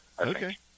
Okay